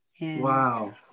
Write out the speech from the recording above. Wow